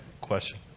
question